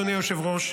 אדוני היושב-ראש,